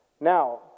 Now